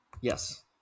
Yes